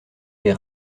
lès